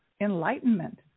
enlightenment